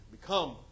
Become